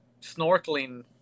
snorkeling